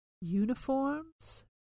uniforms